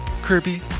Kirby